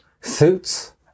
Suits